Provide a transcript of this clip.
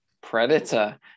Predator